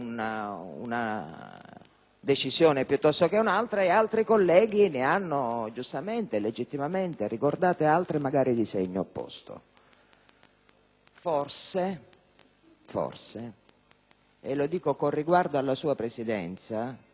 decisione piuttosto che un'altra; altri colleghi ne hanno giustamente e legittimamente ricordate altre, magari di segno opposto. Forse - lo dico con riguardo alla sua Presidenza e lei,